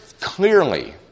clearly